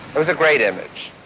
it was a great image.